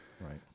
Right